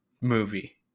movie